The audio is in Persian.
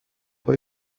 های